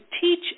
teach